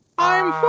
i'm